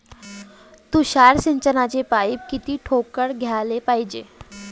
तुषार सिंचनाचे पाइप किती ठोकळ घ्याले पायजे?